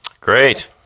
Great